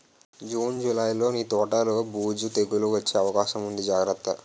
June, జూలైలో నీ తోటలో బూజు, తెగులూ వచ్చే అవకాశముంది జాగ్రత్త